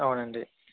అవునండి